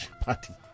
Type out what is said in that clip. party